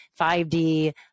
5D